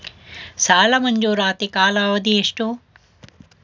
ಸಾಲ ಮಂಜೂರಾತಿ ಕಾಲಾವಧಿ ಎಷ್ಟು?